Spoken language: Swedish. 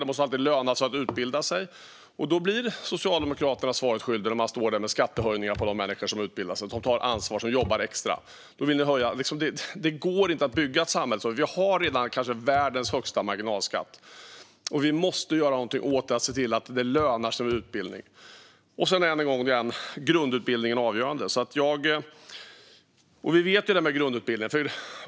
Det måste alltid löna sig att utbilda sig. Socialdemokraterna blir svaret skyldiga när de står där med skattehöjningar för de människor som utbildar sig, som tar ansvar och som jobbar extra. Då vill ni höja. Det går inte att bygga ett samhälle så. Vi har redan kanske världens högsta marginalskatt. Vi måste göra något åt det och se till att det lönar sig med utbildning. Än en gång: Grundutbildningen är avgörande. Vi vet det.